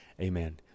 amen